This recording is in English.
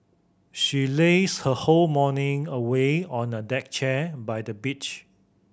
she lazed her whole morning away on a deck chair by the beach